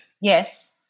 Yes